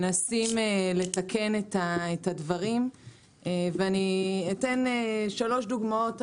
גם אי אפשר לנתק את הדיון הזה מהרפורמה שמדברים